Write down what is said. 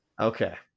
okay